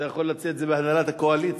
אתה יכול להציע את זה בהנהלת הקואליציה.